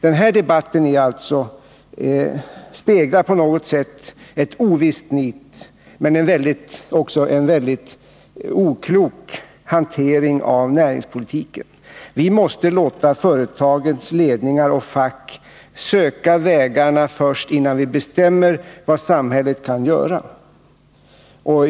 Den här debatten speglar på något sätt ett ovist nit men också en väldigt oklok hantering av näringspolitiken. Vi måste låta företagens ledningar och fack söka vägarna först, innan vi bestämmer vad samhället kan göra.